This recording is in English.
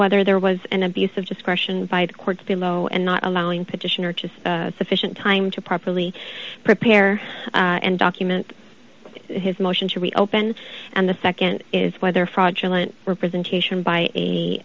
whether there was an abuse of discretion by the courts below and not allowing petitioner just sufficient time to properly prepare and document his motion to reopen and the nd is whether fraudulent representation by a